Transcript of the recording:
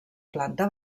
planta